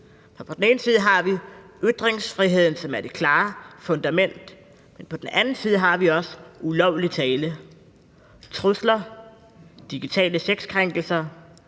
På den ene side har vi ytringsfriheden, som er det klare fundament, men på den anden side har vi også ulovlig tale, trusler, digitale sexkrænkelser,